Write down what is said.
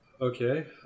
Okay